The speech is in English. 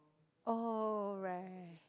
oh right